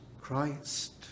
Christ